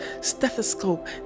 stethoscope